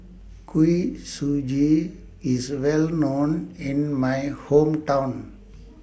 Kuih Suji IS Well known in My Hometown